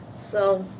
so,